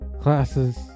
classes